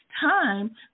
time